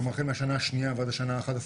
כלומר החל מהשנה השנייה ועד השנה ה-11,